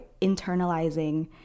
internalizing